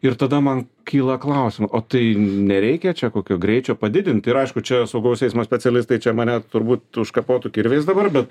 ir tada man kyla klausimų o tai nereikia čia kokio greičio padidint ir aišku čia saugaus eismo specialistai čia mane turbūt užkapotų kirviais dabar bet